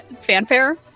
fanfare